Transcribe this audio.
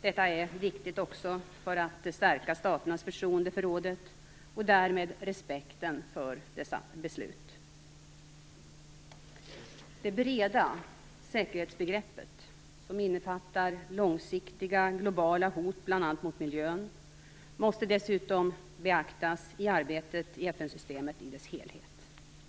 Detta är viktigt också för att stärka staternas förtroende för rådet, och därmed respekten för dess beslut. Det breda säkerhetsbegreppet, som innefattar långsiktiga globala hot bl.a. mot miljön måste dessutom beaktas i arbetet i FN-systemet i dess helhet.